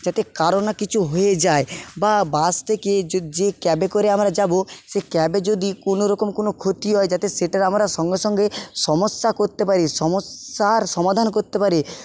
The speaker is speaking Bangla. যাতে কারো না কিছু হয়ে যায় বা বাস থেকে যে ক্যাবে করে আমরা যাব সে ক্যাবে যদি কোনো রকম কোনো ক্ষতি হয় যাতে সেটার আমরা সঙ্গে সঙ্গে সমস্যা করতে পারি সমস্যার সমাধান করতে পারি